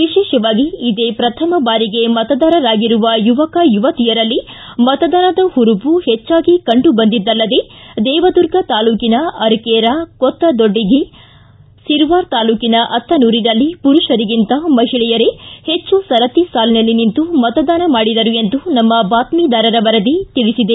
ವಿಶೇಷವಾಗಿ ಇದೇ ಪ್ರಥಮ ಬಾರಿಗೆ ಮತದಾರರಾಗಿರುವ ಯುವಕ ಯುವತಿಯರಲ್ಲಿ ಮತದಾನ ಹುರುಪು ಹೆಚ್ಚಾಗಿ ಕಂಡು ಬಂದಿದ್ದಲ್ಲದೆ ದೇವದುರ್ಗ ತಾಲೂಕಿನ ಅರಕೇರಾ ಕೊತ್ತದೊಡ್ಡಿಫಿ ಸಿರವಾರ ತಾಲೂಕಿನ ಅತ್ತನೂರಿನಲ್ಲಿ ಪುರುಷರಿಗಿಂತ ಮಹಿಳೆಯರೇ ಹೆಚ್ಚು ಸರತಿ ಸಾಲಿನಲ್ಲಿ ನಿಂತು ಮತದಾನ ಮಾಡಿದರು ಎಂದು ನಮ್ಮ ಬಾತ್ತಿದಾರರು ವರದಿ ಮಾಡಿದ್ದಾರೆ